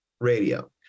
radio